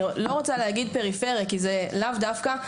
אני לא רוצה להגיד פריפריה כי זה לאו דווקא,